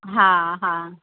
हा हा